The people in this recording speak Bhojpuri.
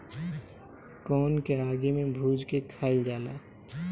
कोन के आगि में भुज के खाइल जाला